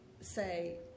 say